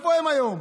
איפה הם היום?